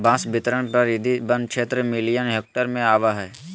बांस बितरण परिधि वन क्षेत्र मिलियन हेक्टेयर में अबैय हइ